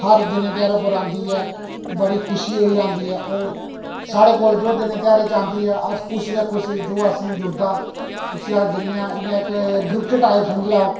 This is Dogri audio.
हर दिनें तेहारें पर औंदी ऐ बड़ी खुशी होइयै औंदी ऐ और साढ़े कोल च ओह् दिने तोहारें च औंदी ऐ अस किश ना किश जो असेंगी जुड़दा उसी अस दिन्ने आं इ'यां इक गिफ्ट टाइम समझी लैओ